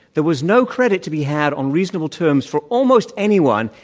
there was no credit to be had on reasonable terms for almost anyone,